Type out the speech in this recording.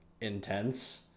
intense